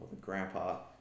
Grandpa